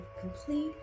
complete